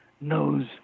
knows